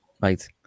right